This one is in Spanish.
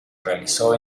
realizó